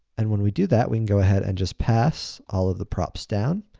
and when we do that, we can go ahead, and just pass all of the props down,